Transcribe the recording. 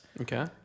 Okay